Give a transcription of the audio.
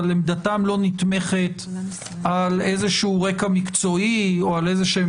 אבל עמדתם לא נתמכת על איזשהו רקע מקצועי או על איזשהן